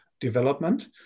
development